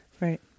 Right